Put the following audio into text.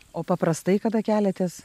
o paprastai kada keliatės